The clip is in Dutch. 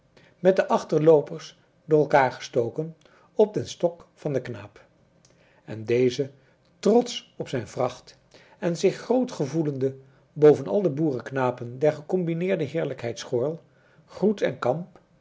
met de achterloopers door elkaar gestoken op den stok van den knaap en deze trotsch op zijn vracht en zich groot gevoelende boven al de boereknapen der gecombineerde heerlijkheid schoorl groet en